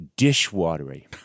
dishwatery